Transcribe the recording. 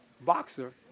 boxer